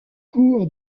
cour